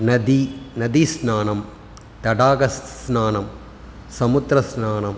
नदी नदीस्नानं तडागस्नानं समुद्रस्नानम्